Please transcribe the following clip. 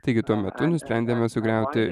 taigi tuo metu nusprendėme sugriauti